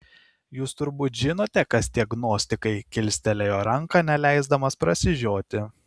jūs turbūt žinote kas tie gnostikai kilstelėjo ranką neleisdamas prasižioti